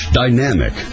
dynamic